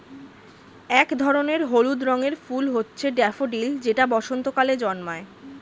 এক ধরনের হলুদ রঙের ফুল হচ্ছে ড্যাফোডিল যেটা বসন্তকালে জন্মায়